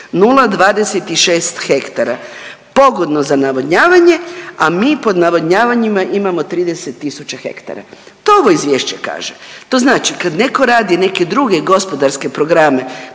026 hektara pogodno za navodnjavanje, a mi pod navodnjavanjima imamo 30000 hektara. To ovo izvješće kaže. To znači kad netko radi neke druge gospodarske programe,